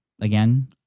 again